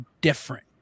different